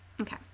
Okay